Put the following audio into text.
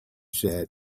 said